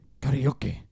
Karaoke